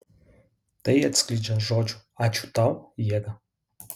tai atskleidžia žodžių ačiū tau jėgą